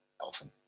often